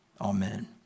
Amen